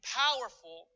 powerful